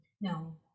No